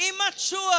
immature